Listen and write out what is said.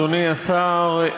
אדוני השר,